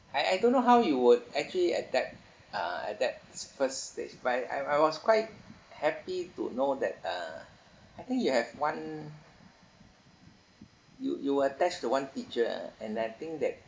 I I don't know how you would actually adapt uh adapt first stage but I I was quite happy to know that uh I think you have one you you attached to one teacher ah and I think that